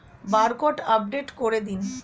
Barcode update করে দিন?